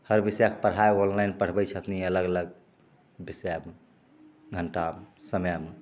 हर विषयके पढ़ाइ ऑनलाइन पढ़बै छथिन अलग अलग विषयमे घण्टा समयमे